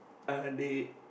uh they